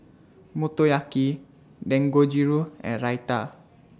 Motoyaki Dangojiru and Raita